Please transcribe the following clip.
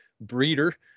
breeder